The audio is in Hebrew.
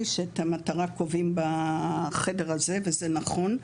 שאת המטרה קובעים בחדר הזה וזה נכון,